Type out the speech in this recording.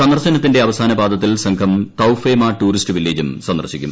സന്ദർശനത്തിന്റെ അവസാന പാദത്തിൽ സംഘം തൌഫേമ ടൂറിസ്റ്റ് വില്ലേജും സന്ദർശിക്കും